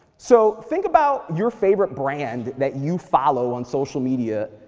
so think about your favorite brand that you follow on social media,